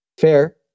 fair